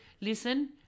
listen